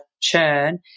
churn